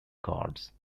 cards